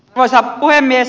arvoisa puhemies